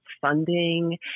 funding